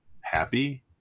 happy